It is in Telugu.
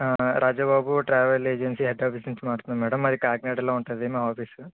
రాజా Babu travel agency head office నుంచి మాట్లాడుతున్నాం మ్యాడమ్ అది కాకినాడలో ఉంటుంది మా ఆఫీస్